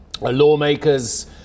lawmaker's